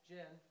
Jen